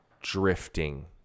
drifting